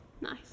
Nice